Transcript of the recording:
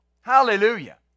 Hallelujah